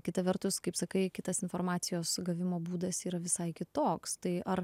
kita vertus kaip sakai kitas informacijos gavimo būdas yra visai kitoks tai ar